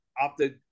opted